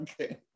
Okay